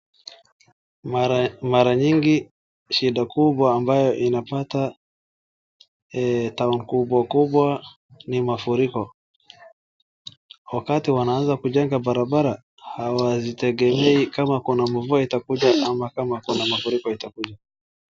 Mara nyingi shida kubwa ambayo inapata town kubwa kubwa ni mafuriko, wakati wanaanza kujenga barabara hawazitegemei kama kuna mvua itakuja ama kama kuna mafuriko itakuja.